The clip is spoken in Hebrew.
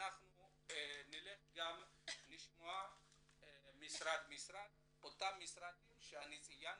נשמע מכל המשרדים שציינתי.